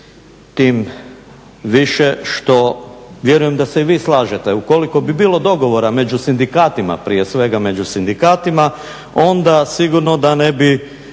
tim više što vjerujem da se i vi slažete ukoliko bi bilo dogovora među sindikatima prije svega među sindikatima onda sigurno da ne bi,